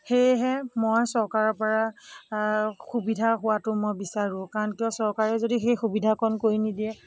সেয়েহে মই চৰকাৰৰ পৰা সুবিধা হোৱাতো মই বিচাৰোঁ কাৰণ কিয় চৰকাৰে যদি সেই সুবিধাকণ কৰি নিদিয়ে